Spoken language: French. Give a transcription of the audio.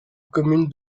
commune